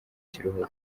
kiruhuko